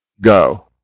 Go